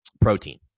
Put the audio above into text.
protein